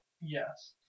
Yes